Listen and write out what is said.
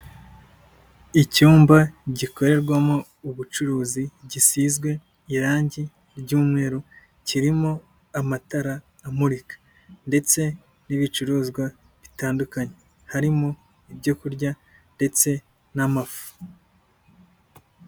Icyumba gikorerwamo ubucuruzi, gisizwe irangi ry'umweru, kirimo amatara amurika ndetse n'ibicuruzwa bitandukanye, harimo ibyo kurya ndetse n'amafu.